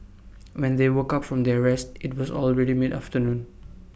when they woke up from their rest IT was already mid afternoon